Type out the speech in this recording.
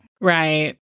Right